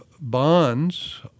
bonds